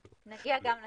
נגיע גם לכנסת.